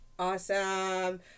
Awesome